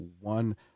one